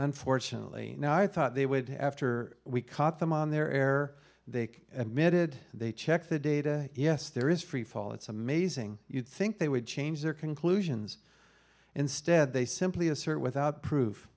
unfortunately now i thought they would after we caught them on their air they admitted they checked the data yes there is freefall it's amazing you'd think they would change their conclusions instead they simply assert without pro